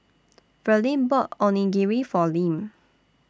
Verlin bought Onigiri For Lim